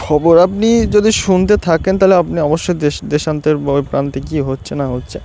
খবর আপনি যদি শুনতে থাকেন তাহলে আপনি অবশ্যই দেশ দেশান্তের ওই প্রান্তে কী হচ্ছে না হচ্ছে